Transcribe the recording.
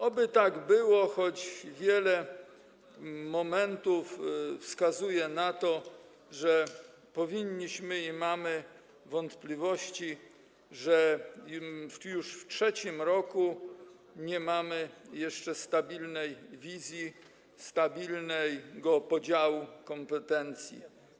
Oby tak było, choć wiele momentów wskazuje na to, że powinniśmy mieć i mamy wątpliwości związane z tym, że w trzecim roku nie mamy jeszcze stabilnej wizji, stabilnego podziału kompetencji.